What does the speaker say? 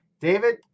David